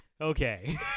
okay